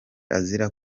azira